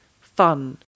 fun